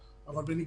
פרומן.